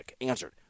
answered